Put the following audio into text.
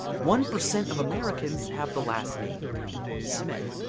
one percent of americans have the last name smith.